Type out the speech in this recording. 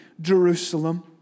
Jerusalem